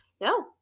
No